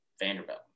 Vanderbilt